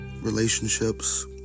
relationships